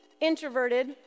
introverted